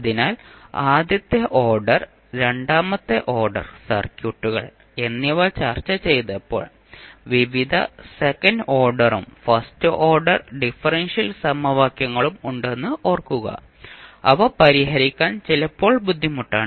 അതിനാൽ ആദ്യത്തെ ഓർഡർ രണ്ടാമത്തെ ഓർഡർ സർക്യൂട്ടുകൾ എന്നിവ ചർച്ച ചെയ്തപ്പോൾ വിവിധ സെക്കൻഡ് ഓർഡറും ഫസ്റ്റ് ഓർഡർ ഡിഫറൻഷ്യൽ സമവാക്യങ്ങളും ഉണ്ടെന്ന് ഓർക്കുക അവ പരിഹരിക്കാൻ ചിലപ്പോൾ ബുദ്ധിമുട്ടാണ്